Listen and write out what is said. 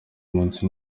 munsi